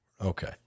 Okay